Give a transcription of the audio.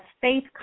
Faith